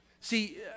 see